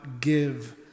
give